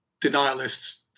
denialists